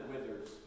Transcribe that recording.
withers